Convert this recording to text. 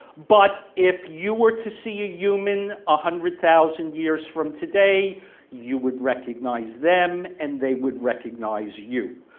but if you were to see a human a hundred thousand years from today you would recognize them and they would recognize you.